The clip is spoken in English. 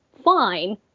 fine